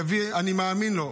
ואני מאמין לו.